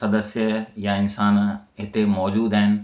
सदस्य या इंसान हिते मौज़ूदु आहिनि